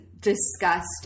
discussed